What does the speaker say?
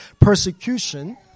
persecution